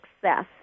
success